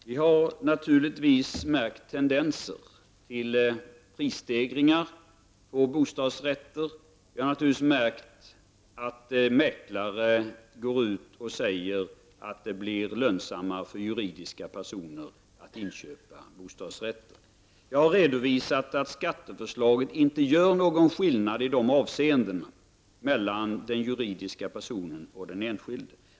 Herr talman! Jag har naturligtvis märkt tendenser till prisstegringar på bostadsrätter och att mäklare går ut och säger att det blir lönsammare för juridiska personer att inköpa bostadsrätter. Jag har redovisat att skatteförslaget inte gör någon skillnad i dessa avseenden mellan juridiska och fysiska personer.